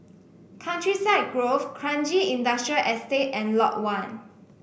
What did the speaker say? Countryside Grove Kranji Industrial Estate and Lot One